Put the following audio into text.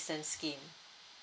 scheme